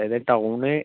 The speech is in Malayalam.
ടൗൺ